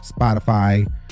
Spotify